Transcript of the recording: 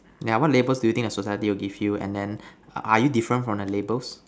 yeah what labels do you think society will give you and then are you different from the labels